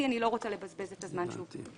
בהרחבה ואני לא רוצה לבזבז את הזמן שוב.